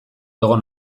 egon